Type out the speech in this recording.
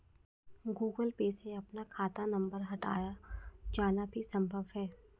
Google Pay से अपना खाता नंबर हटाया जाना भी संभव है